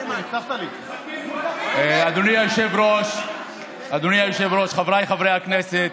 אדוני היושב-ראש, חבריי חברי הכנסת,